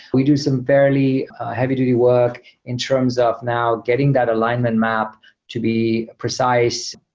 we do some fairly heavy duty work in terms of now getting that alignment map to be precise.